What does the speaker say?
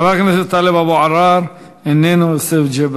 חבר הכנסת טלב אבו עראר, איננו,